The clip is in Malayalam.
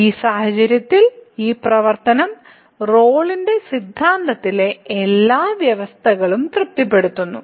ഈ സാഹചര്യത്തിൽ ഈ പ്രവർത്തനം റോളിന്റെ സിദ്ധാന്തത്തിന്റെ എല്ലാ വ്യവസ്ഥകളെയും തൃപ്തിപ്പെടുത്തുന്നു